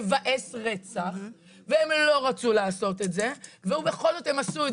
מבאס רצח והן לא רצו לעשות את זה ובכל זאת הן עשו את